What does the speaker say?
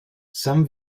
some